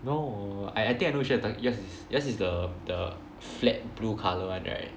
no I I think I know which one you're talk~ yours is yours is the the flat blue colour one right